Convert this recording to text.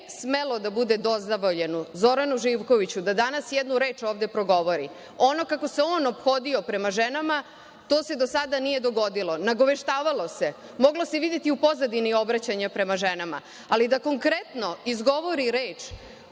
smelo da bude dozvoljeno Zoranu Živkoviću da danas jednu reč ovde progovori. Ono kako se on ophodio prema ženama, to se do sada nije dogodilo. Nagoveštavalo se, moglo se videti u pozadini obraćanja prema ženama, ali da konkretno izgovori reč